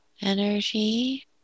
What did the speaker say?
energy